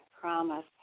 promise